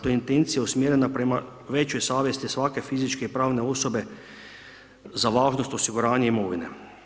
je intencija usmjerena prema većoj savjesti svake fizičke i pravne osobe za važnost osiguranja imovine.